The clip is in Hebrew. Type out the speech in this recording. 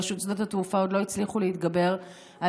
ברשות שדות התעופה עוד לא הצליחו להתגבר על